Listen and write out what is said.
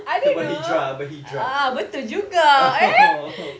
kita berhijrah berhijrah